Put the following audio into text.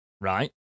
right